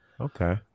Okay